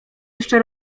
jeszcze